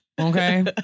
Okay